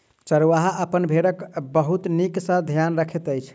चरवाहा अपन भेड़क बहुत नीक सॅ ध्यान रखैत अछि